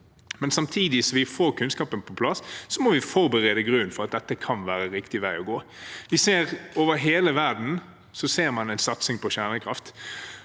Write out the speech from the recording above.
men samtidig som vi får kunnskapen på plass, må vi berede grunnen for at dette kan være en riktig vei å gå. Over hele verden ser man en satsing på kjernekraft.